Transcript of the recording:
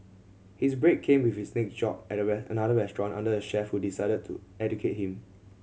his break came with his next job at another restaurant under a chef who decided to educate him